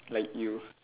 like you